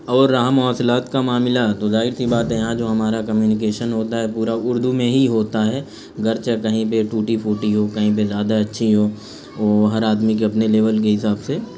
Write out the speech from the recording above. اور رہا موصلات کا معاملہ تو ظاہر سی بات ہے یہاں جو ہمارا کمیونیکیشن ہوتا ہے پورا اردو میں ہی ہوتا ہے گرچہ کہیں پہ ٹوٹی پھوٹی ہو کہیں پہ زیادہ اچھی ہو وہ ہر آدمی کے اپنے لیول کے حساب سے